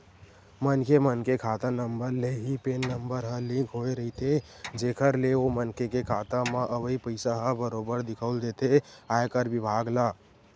मनखे मन के खाता नंबर ले ही पेन नंबर ह लिंक होय रहिथे जेखर ले ओ मनखे के खाता म अवई पइसा ह बरोबर दिखउल देथे आयकर बिभाग ल